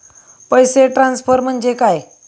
पैसे ट्रान्सफर म्हणजे काय?